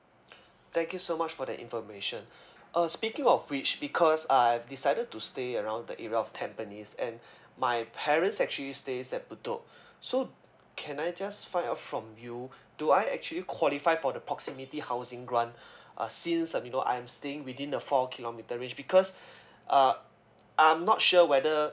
thank you so much for that information uh speaking of which because I've decided to stay around the area of tampines and my parents actually stays at bedok so can I just find out from you do I actually qualify for the proximity housing grant uh since uh you know I'm staying within the four kilometre range because uh I'm not sure whether